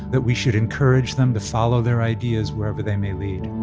that we should encourage them to follow their ideas wherever they may lead